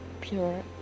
pure